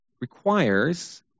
requires